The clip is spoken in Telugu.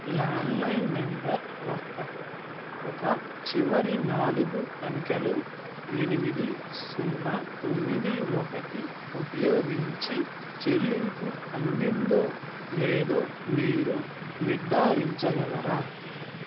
ల్యాండ్లైన్ నెంబర్ ఒక్క ఒక చివరి నాలుగు అంకెలు ఎనిమిది సున్నా తొమ్మిది ఒకటి ఉపయోగించి చెల్లింపు అందిందో లేదో మీరు నిర్ధారించగలరా